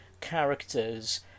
characters